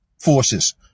forces